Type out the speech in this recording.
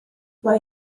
mae